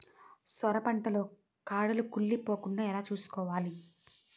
సొర పంట లో కాడలు కుళ్ళి పోకుండా ఎలా చూసుకోవాలి?